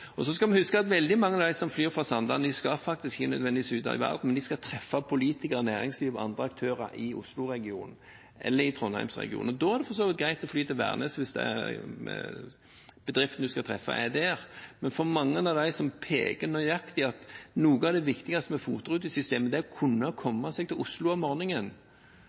Oslo. Så skal vi huske at veldig mange av dem som flyr fra Sandane, ikke nødvendigvis skal ut i verden, men skal treffe politikere, næringsliv og andre aktører i Oslo-regionen eller i Trondheims-regionen. Da er det for så vidt greit å fly til Værnes, hvis bedriften man skal treffe, er der. Men mange av dem som peker på at noe av det viktigste med FOT-rutesystemet er å kunne komme seg til Oslo om